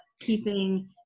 keeping